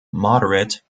moderate